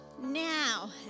Now